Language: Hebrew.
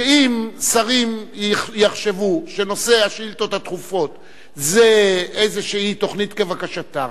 שאם שרים יחשבו שנושא השאילתות הדחופות זה איזושהי תוכנית כבקשתך,